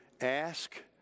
ask